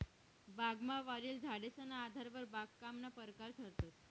बागमा वाढेल झाडेसना आधारवर बागकामना परकार ठरतंस